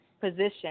position